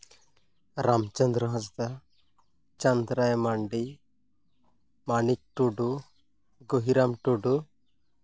Ramchandra Hansda Chandrai Mandi Manik Tudu Guhiram Tudu